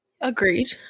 Agreed